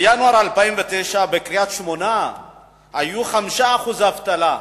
בינואר 2009 היו בקריית-שמונה 5% אבטלה.